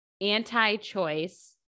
anti-choice